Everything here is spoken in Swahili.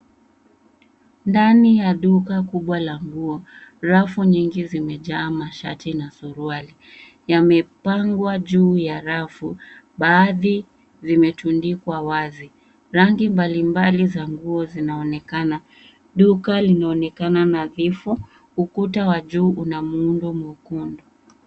Ndani ya duka kubwa la nguo, rafu nyingi zimejaa mashati na suruali. Yamepangwa juu ya rafu, baadhi zimetundikwa wazi. Rangi mbalimbali za nguo zinaonekana. Duka linaonekana nadhifu, ukuta wa juu una muundo mwekundu.